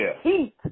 heat